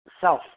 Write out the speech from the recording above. self